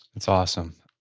it's awesome.